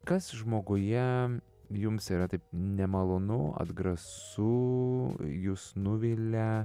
kas žmoguje jums yra taip nemalonu atgrasu jus nuvilia